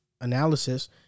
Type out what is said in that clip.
analysis